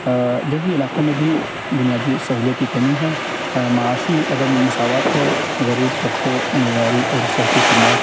دیہی علاقوں میں بھی بنیادی سہولیت کی کمی ہے معاشی عدم مساوات ہے غریب طبقے معیاری اور صحت کی خدمات